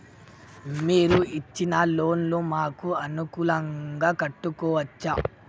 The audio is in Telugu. మీరు ఇచ్చిన లోన్ ను మాకు అనుకూలంగా కట్టుకోవచ్చా?